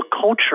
culture